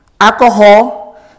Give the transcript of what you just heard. alcohol